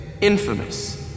infamous